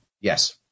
Yes